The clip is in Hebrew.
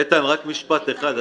איתן, רק משפט אחד.